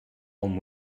one